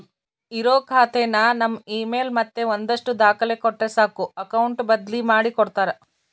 ಇರೋ ಖಾತೆನ ನಮ್ ಇಮೇಲ್ ಮತ್ತೆ ಒಂದಷ್ಟು ದಾಖಲೆ ಕೊಟ್ರೆ ಸಾಕು ಅಕೌಟ್ ಬದ್ಲಿ ಮಾಡಿ ಕೊಡ್ತಾರ